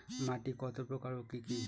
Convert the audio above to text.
মাটি কত প্রকার ও কি কি?